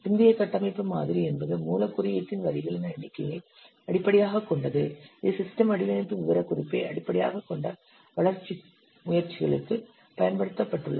பிந்தைய கட்டமைப்பு மாதிரி என்பது மூலக் குறியீட்டின் வரிகளின் எண்ணிக்கையை அடிப்படையாகக் கொண்டது இது சிஸ்டம் வடிவமைப்பு விவரக்குறிப்பை அடிப்படையாகக் கொண்ட வளர்ச்சி முயற்சிகளுக்குப் பயன்படுத்தப்படுகிறது